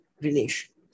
relation